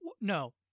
No